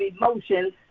emotions